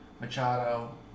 Machado